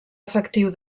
efectiu